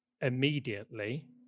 immediately